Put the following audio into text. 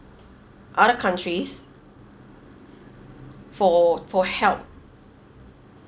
other countries for for help